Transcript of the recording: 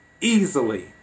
easily